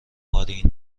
مارین